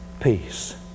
peace